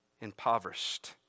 impoverished